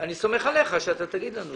אני סומך עליך שאתה תאמר לנו